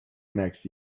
next